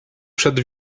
przed